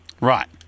Right